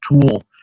tool